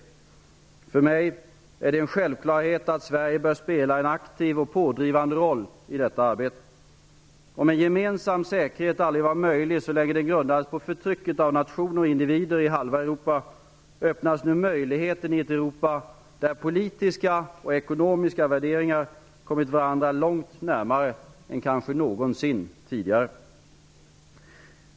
För mig är det en självklarhet att Sverige bör spela en aktiv och pådrivande roll i detta arbete. Om en gemensam säkerhet aldrig var möjlig så länge den grundades på förtrycket av nationer och individer i halva Europa, öppnas nu möjligheten i ett Europa där politiska och ekonomiska värderingar kommit varandra långt närmare än kanske någonsin tidigare.